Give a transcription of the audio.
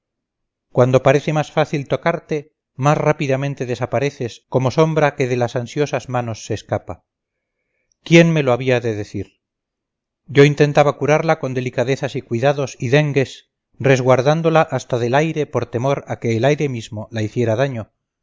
cuando parece más fácil tocarte más rápidamente desapareces como sombra que de las ansiosas manos se escapa quién me lo había de decir yo intentaba curarla con delicadezas y cuidados y dengues resguardándola hasta del aire por temor a que el aire mismo la hiciera daño